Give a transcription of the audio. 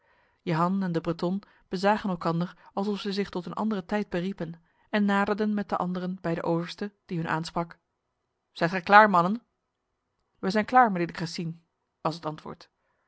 jehan en de breton bezagen elkander alsof zij zich tot een andere tijd beriepen en naderden met de anderen bij de overste die hun aansprak zijt gij klaar mannen wij zijn klaar mijnheer de cressines was het antwoord